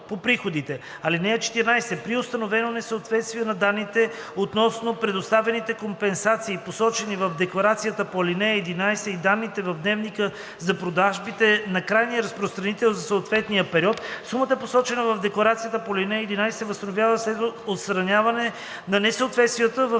(14) При установено несъответствие на данните относно предоставените компенсации, посочени в декларацията по ал. 11 и данните в дневника за продажбите на крайния разпространител за съответния период, сумата, посочена в декларацията по ал. 11, се възстановява след отстраняване на несъответствията в